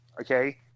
Okay